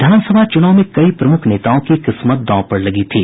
विधानसभा चूनाव में कई प्रमुख नेताओं की किस्मत दांव पर लगी थी